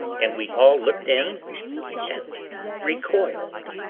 and we all looked in and recoiled.